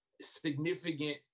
significant